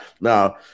Now